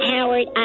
Howard